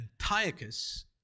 Antiochus